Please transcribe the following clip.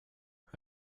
hur